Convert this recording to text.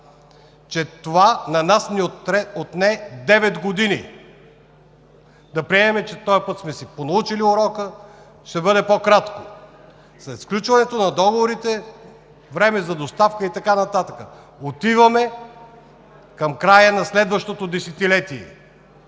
че това на нас ни отне девет години. Да приемем, че този път сме си понаучили урока и ще бъде по-кратко. След сключването на договорите, време за доставка и така нататък – отиваме към края на следващото десетилетие.